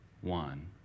one